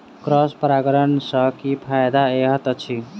Cross परागण सँ की फायदा हएत अछि?